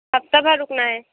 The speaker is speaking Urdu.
ہفتہ بھر رُکنا ہے